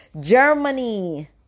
Germany